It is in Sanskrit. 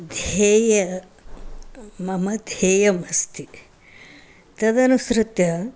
धेयं मम धेयम् अस्ति तदनुसृत्य